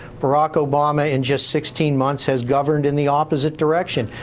barack obama, in just sixteen months, has governed in the opposite direction.